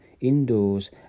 indoors